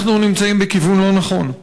אנחנו נמצאים בכיוון לא נכון.